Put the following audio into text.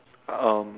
um